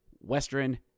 western